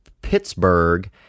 Pittsburgh